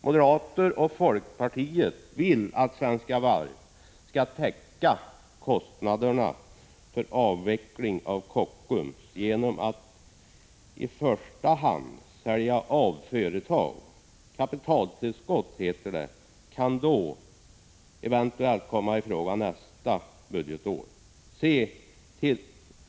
Moderaterna och folkpartiet vill att Svenska Varv skall täcka kostnaderna för avveckling av Kockums genom att i första hand sälja ut företag. Kapitaltillskott, heter det, kan då eventuellt komma i fråga nästa budgetår.